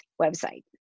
website